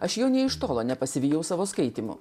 aš jau nė iš tolo nepasivijau savo skaitymo